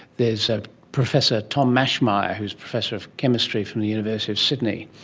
there's ah professor tom maschmeyer who is professor of chemistry from the university of sydney,